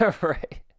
Right